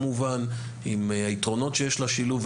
עם היתרונות שיש לשילוב,